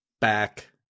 back